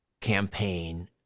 campaign